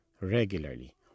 regularly